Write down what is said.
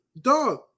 dog